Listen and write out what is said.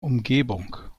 umgebung